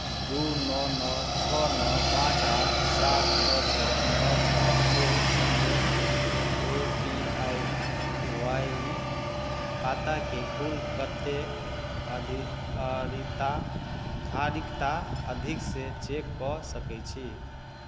दू नओ नओ छओ नओ पाँच आठ सात छओ छओ नओ छओ के सङ्गे ए पी आई वाई खाताके कुल कते अधि आ रिता धारिकता अधिक सँ चेककऽ सकय छी